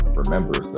remember